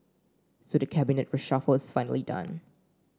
so the cabinet reshuffle is finally done